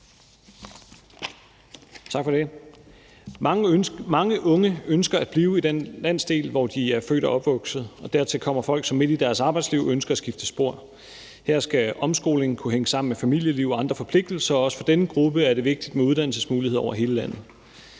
Mange unge ønsker at blive i den landsdel, hvor de er født og opvokset, og dertil kommer folk, som midt i deres arbejdsliv ønsker at skifte spor. Her skal omskoling kunne hænge sammen med familieliv og andre forpligtelser, og også for denne gruppe er det vigtigt med uddannelsesmuligheder over hele landet.